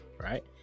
right